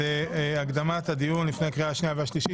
הקדמת הדיון לפני הקריאה השנייה והשלישית.